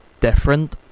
different